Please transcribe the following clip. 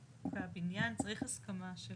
והבנין צריך הסכמה של